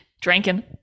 drinking